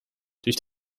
durch